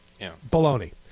Baloney